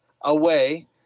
away